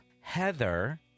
heather